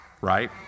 Right